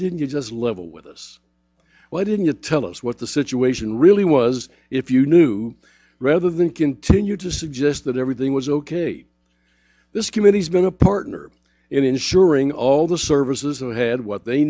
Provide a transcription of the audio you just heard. didn't you just level with us why didn't you tell us what the situation really was if you knew rather than continue to suggest that everything was ok this committee's been a partner in insuring all the services who had what they